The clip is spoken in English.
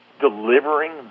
delivering